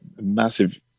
massive